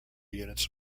units